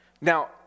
Now